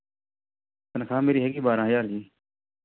ਤਨਖ਼ਾਹ ਮੇਰੀ ਹੈਗੀ ਬਾਰਾਂ ਹਜ਼ਾਰ ਜੀ